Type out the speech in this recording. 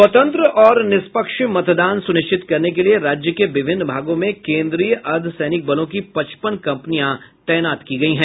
स्वतंत्र और निष्पक्ष मतदान सुनिश्चित करने के लिए राज्य के विभिन्न भागों में केंद्रीय अर्द्धसैनिक बलों की पचपन कंपनियां तैनात की गई हैं